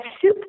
soup